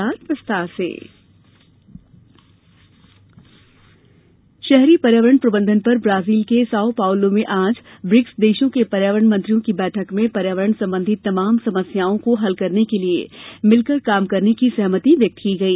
Javadekar BRICS शहरी पर्यावरण प्रबंधन पर ब्राजील के साओ पावलो में आज ब्रिक्स देशों के पर्यावरण मंत्रियों की बैठक में पर्यावरण संबंधी तमाम समस्यांओं को हल करने के लिए मिलकर काम करने की सहमति व्यक्त की गई